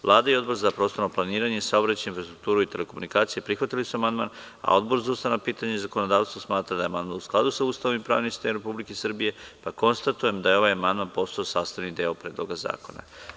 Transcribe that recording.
Vlada i Odbor za prostorno planiranje, saobraćaj, infrastrukturu i telekomunikacije prihvatili su amandman, a Odbor za ustavna pitanja i zakonodavstvo smatra da je amandman u skladu sa Ustavom i pravnim sistemom Republike Srbije, pa konstatujem da je ovaj amandman postao sastavni deo Predloga zakona.